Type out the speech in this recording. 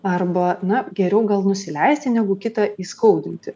arba na geriau gal nusileisti negu kitą įskaudinti